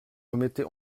remettez